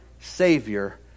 savior